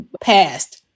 passed